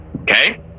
okay